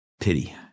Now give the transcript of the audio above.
pity